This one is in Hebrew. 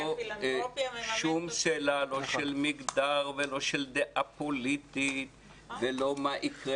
שום שאלה לא של מגדר ולא של דעה פוליטית ולא מה יקרה,